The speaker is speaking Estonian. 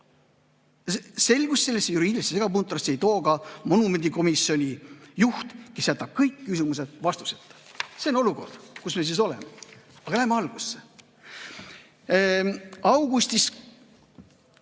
selgust sellesse juriidilisse segapuntrasse ei too ka monumendikomisjoni juht, kes jätab kõik küsimused vastuseta. See on olukord, kus me oleme. Aga läheme algusse.